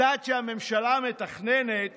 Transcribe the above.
הצעד שהממשלה מתכננת